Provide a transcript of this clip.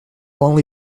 only